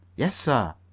yes, sir.